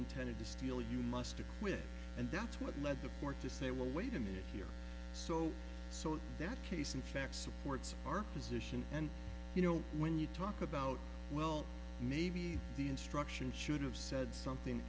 intended to steal you must acquit and that's what led the poor to say well wait a minute here so so that case in fact supports our position and you know when you talk about well maybe the instruction should have said something